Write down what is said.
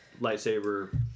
lightsaber